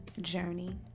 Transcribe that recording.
journey